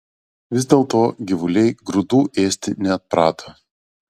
vis dėlto gyvuliai grūdų ėsti neatprato